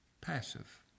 passive